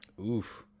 Oof